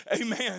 Amen